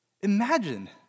Imagine